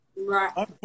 Right